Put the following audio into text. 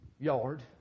yard